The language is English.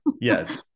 Yes